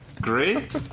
great